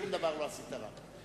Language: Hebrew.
שום דבר לא עשית רע.